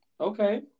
Okay